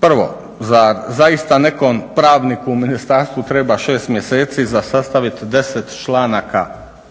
Prvo, zar zaista nekom pravniku u ministarstvu treba 6 mjeseci za sastaviti 10 članaka